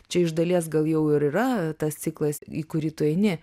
čia iš dalies gal jau ir yra tas ciklas į kurį tu eini